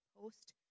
post